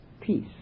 peace